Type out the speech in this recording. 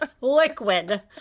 liquid